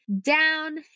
down